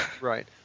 Right